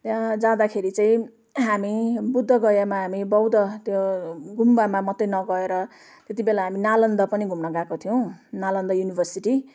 त्यहाँ जाँदाखेरि चाहिँ हामी बुद्ध गयामा हामी बौद्ध त्यो गुम्बामा मात्रै नगएर त्यतिबेला हामी नालन्दा पनि घुम्न गएका थियौँ नालन्दा युनिभर्सिटी